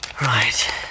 Right